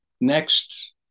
Next